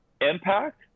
impact